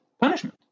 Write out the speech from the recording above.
punishment